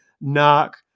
knock